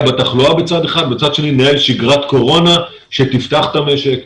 בתחלואה מצד אחד ומצד שני לנהל שגרת קורונה שתפתח את המשק,